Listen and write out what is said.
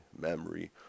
memory